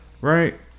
right